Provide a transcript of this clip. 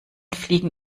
fliegen